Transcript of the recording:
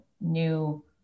new